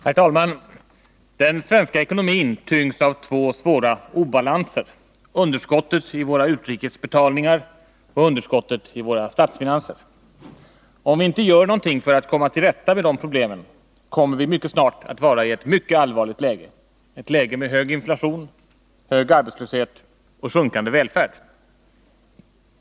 Herr talman! Den svenska ekonomin tyngs av två svåra obalanser — underskottet i våra utrikes betalningar och underskottet i våra statsfinanser. Om vi inte gör någonting för att komma till rätta med de problemen, kommer vi snart att vara i ett mycket allvarligt läge, ett läge med hög inflation, hög arbetslöshet och sjunkande välfärd.